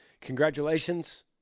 congratulations